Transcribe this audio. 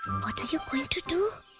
what are you going to do?